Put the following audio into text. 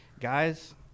Guys